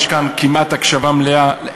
יש כאן כמעט הקשבה מלאה,